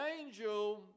angel